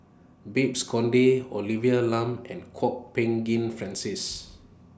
Babes Conde Olivia Lum and Kwok Peng Kin Francis